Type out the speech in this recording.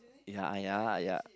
ya uh ya ya